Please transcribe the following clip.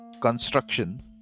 construction